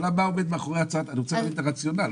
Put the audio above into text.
אני רוצה להבין את הרציונל,